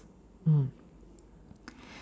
mm